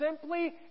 simply